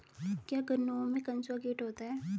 क्या गन्नों में कंसुआ कीट होता है?